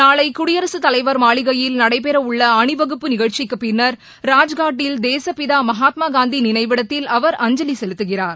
நாளைகுடியரசுத் தலைவர் மாளிகையில் நடைபெறவுள்ளஅணிவகுப்பு நிகழ்ச்சிக்குப் பின்னர் ராஜ்காட்டில் தேசுப்பிதாமகாத்மாகாந்திநினைவிடத்தில் அவர் அஞ்சலிசெலுத்துகிறார்